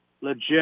legit